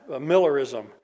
Millerism